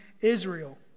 Israel